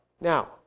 Now